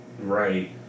right